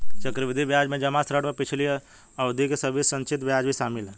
चक्रवृद्धि ब्याज में जमा ऋण पर पिछली अवधि के सभी संचित ब्याज भी शामिल हैं